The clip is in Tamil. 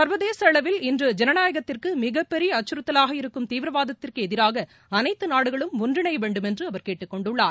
சர்வதேச அளவில் இன்று ஜனநாயகத்திற்கு மிகப்பெரிய அச்கறுத்தவாக இருக்கும் தீவிரவாதத்திற்கு எதிராக அனைத்து நாடுகளும் ஒன்றிணைய வேண்டும் என்று அவர் கேட்டுக்கொண்டுள்ளார்